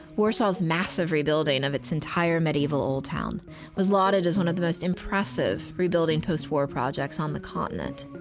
warsaw's massive rebuilding of its entire medieval old town was lauded as one of the most impressive rebuilding post-war projects on the continent.